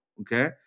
Okay